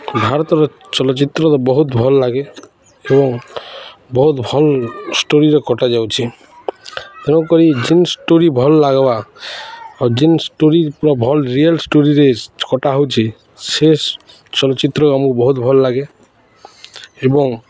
ଭାରତର ଚଳଚ୍ଚିତ୍ର ତ ବହୁତ ଭଲ୍ଲାଗେ ଏବଂ ବହୁତ ଭଲ୍ ଷ୍ଟୋରୀରେ କଟା ଯାଉଛି ତେଣୁକରି ଯେନ୍ ଷ୍ଟୋରୀ ଭଲ୍ ଲାଗ୍ବା ଆଉ ଯେନ୍ ଷ୍ଟୋରୀ ପୁରା ଭଲ୍ ରିଏଲ୍ ଷ୍ଟୋରୀରେ କଟା ହେଉଛେ ସେ ଚଳଚ୍ଚିତ୍ର ଆମକୁ ବହୁତ ଭଲ୍ଲାଗେ ଏବଂ